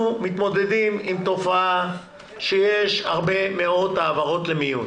אנחנו מתמודדים עם תופעה שיש הרבה מאוד העברות למיון